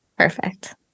Perfect